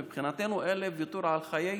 מבחינתנו זה ויתור על חיי תינוקות.